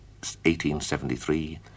1873